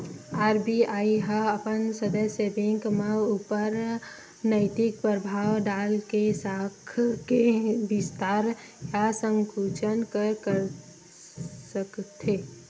RBI ह अपन सदस्य बेंक मन ऊपर नैतिक परभाव डाल के साख के बिस्तार या संकुचन कर सकथे